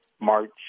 March